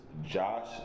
Josh